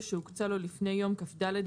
אנחנו ממשיכים את הדיון בפרק ט"ו,